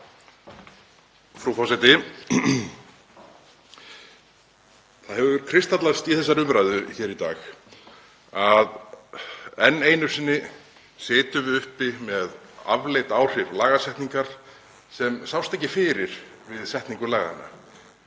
Það hefur kristallast í þessari umræðu hér í dag að enn einu sinni sitjum við uppi með afleidd áhrif lagasetningar sem sáust ekki fyrir við setningu laganna.